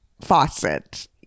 faucet